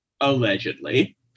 allegedly